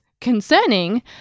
concerning